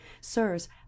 Sirs